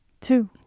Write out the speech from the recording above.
two